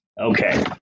Okay